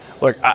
Look